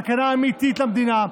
סכנה אמיתית למדינה.